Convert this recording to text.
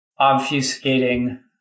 obfuscating